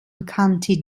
county